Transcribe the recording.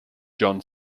john